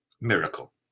miracle